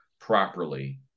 properly